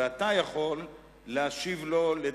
ואתה יכול להשיב לו.